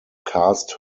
cast